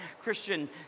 Christian